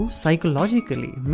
psychologically